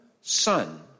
son